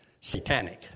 satanic